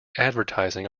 advertising